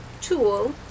tool